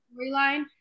storyline